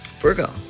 Virgo